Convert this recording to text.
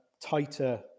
tighter